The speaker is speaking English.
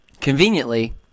conveniently